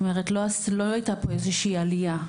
זאת אומרת, לא הייתה פה איזה שהיא עלייה.